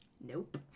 Nope